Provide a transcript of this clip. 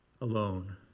alone